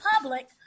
public